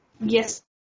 Yes